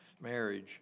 marriage